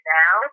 now